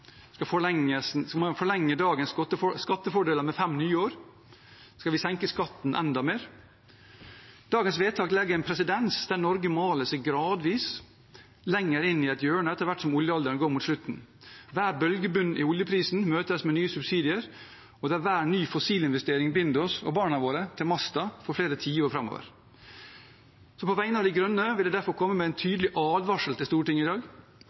Skal man forlenge dagens skattefordeler med fem nye år? Skal vi senke skatten enda mer? Dagens vedtak skaper en presedens der Norge maler seg gradvis lenger inn i et hjørne etter hvert som oljealderen går mot slutten – der hver bølgebunn i oljeprisen møtes med nye subsidier, og der hver ny fossilinvestering binder oss og barna våre til masta for flere tiår framover. På vegne av De Grønne vil jeg derfor komme med en tydelig advarsel til Stortinget i dag.